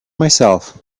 myself